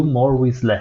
Do More with Less